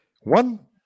One